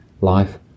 life